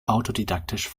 autodidaktisch